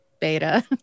beta